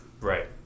Right